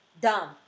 Dumb